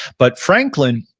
but franklin,